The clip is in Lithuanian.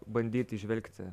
bandyt įžvelgti